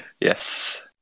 Yes